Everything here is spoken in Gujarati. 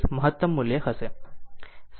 637 મહત્તમ મૂલ્ય હશે